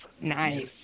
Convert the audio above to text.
Nice